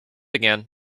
again